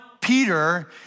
Peter